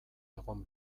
egon